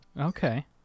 Okay